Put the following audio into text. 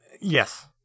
yes